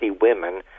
women